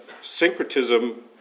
syncretism